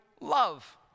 love